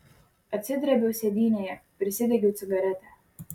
atsidrėbiau sėdynėje prisidegiau cigaretę